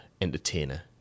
entertainer